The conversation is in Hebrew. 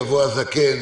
יבוא "הזקן",